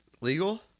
legal